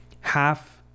half-